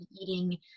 eating